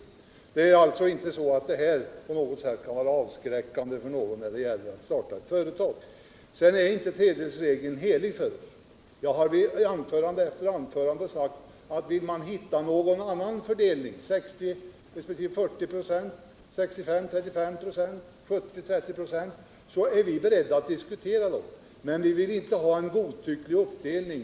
Det är alltså inte så, att de här frågorna kan vara avskräckande för någon att starta ett företag. Sedan vill jag säga att tredjedelsregeln inte är helig. Jag har i anförande efter anförande sagt att om vi skall hitta någon annan fördelning — 60 96 resp. 40 26,65 26 resp. 35 96, 70 26 resp. 30 26 — så är vi beredda att diskutera ett sådant förslag. men vi vill inte ha en godtycklig uppdelning.